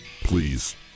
please